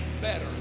better